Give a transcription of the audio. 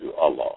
Allah